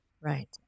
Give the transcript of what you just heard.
Right